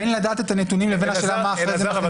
בין לדעת את הנתונים לבין השלמה אחרי זה --- אלעזר,